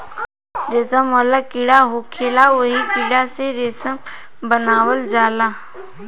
रेशम वाला कीड़ा होखेला ओही कीड़ा से रेशम बनावल जाला